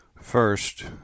First